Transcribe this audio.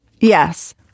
Yes